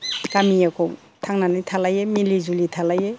गामिखौ थांनानै थालायो मिलि जुलि थालायो